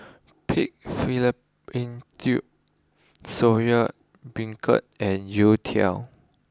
Pig Fallopian Tubes Soya Beancurd and Youtiao